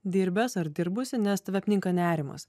dirbęs ar dirbusi nes tave apninka nerimas